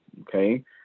okay